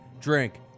drink